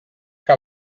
que